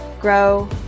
grow